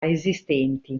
esistenti